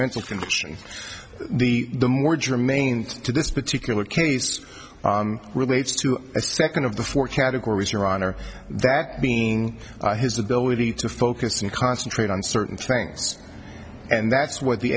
mental condition the the more germane to this particular case relates to a second of the four categories your honor that being his ability to focus and concentrate on certain things and that's what the